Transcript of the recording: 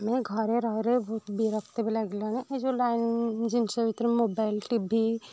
ଆମେ ଘରେ ରହିରହି ବହୁତ ବିରକ୍ତ ବି ଲାଗିଲାଣି ଏ ଯେଉଁ ଲାଇନ ଜିନିଷ ଭିତରେ ମୋବାଇଲ ଟି ଭି